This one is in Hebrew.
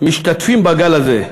משתתפים בגל הזה,